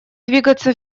двигаться